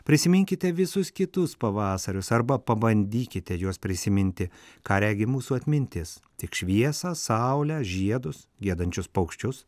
prisiminkite visus kitus pavasarius arba pabandykite juos prisiminti ką regi mūsų atmintis tik šviesą saulę žiedus giedančius paukščius